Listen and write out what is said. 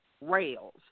rails